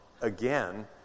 again